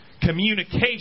communication